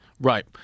Right